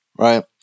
Right